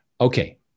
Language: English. Okay